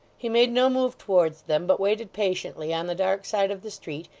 he made no move towards them, but waited patiently on the dark side of the street,